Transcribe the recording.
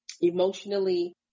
emotionally